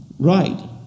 Right